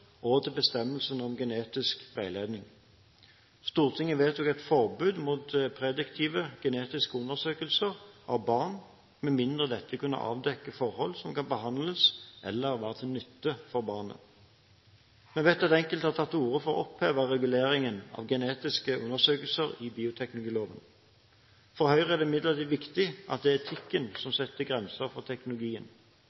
og til bestemmelsene om genetisk veiledning. Stortinget vedtok et forbud mot prediktive genetiske undersøkelser av barn, med mindre dette kunne avdekke forhold som kan behandles eller være til nytte for barnet. Vi vet at enkelte har tatt til orde for å oppheve reguleringen av genetiske undersøkelser i bioteknologiloven. For Høyre er det imidlertid viktig at det er etikken som